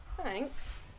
Thanks